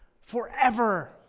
forever